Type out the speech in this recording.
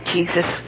Jesus